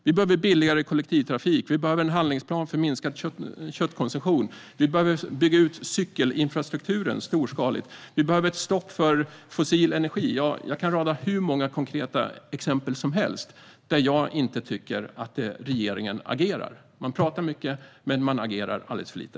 Vi behöver billigare kollektivtrafik. Vi behöver en handlingsplan för minskad köttkonsumtion. Vi behöver bygga ut cykelinfrastrukturen storskaligt. Vi behöver ett stopp för fossil energi. Ja, jag kan rada upp hur många konkreta exempel som helst där jag inte tycker att regeringen agerar. Man pratar mycket, men man agerar alldeles för lite.